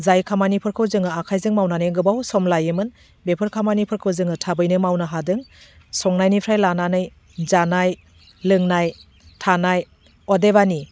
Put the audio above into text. जाय खामानिफोरखौ जोङो आखाइजों मावनानै गोबाव सम लायोमोन बेफोर खामानिफोरखौ जोङो थाबैनो मावनो हादों संनायनिफ्राय लानानै जानाय लोंनाय थानाय अदेबानि